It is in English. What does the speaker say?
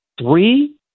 three